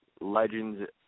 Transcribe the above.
legends